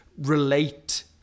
relate